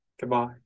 Goodbye